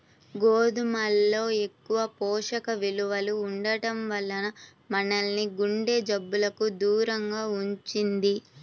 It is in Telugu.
గోధుమల్లో ఎక్కువ పోషక విలువలు ఉండటం వల్ల మనల్ని గుండె జబ్బులకు దూరంగా ఉంచుద్ది